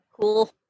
Cool